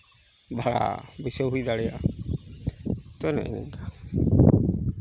ᱵᱷᱟᱲᱟ ᱵᱟᱹᱭᱥᱟᱹᱣ ᱦᱩᱭ ᱫᱟᱲᱮᱭᱟᱜᱼᱟ ᱛᱳ ᱱᱮᱜ ᱮ ᱱᱤᱝᱠᱟᱹ